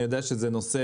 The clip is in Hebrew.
אני יודע שזה נושא